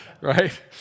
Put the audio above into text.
right